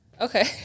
okay